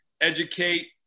educate